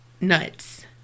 nuts